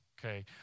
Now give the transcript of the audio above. okay